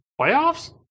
playoffs